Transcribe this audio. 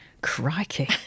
Crikey